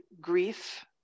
grief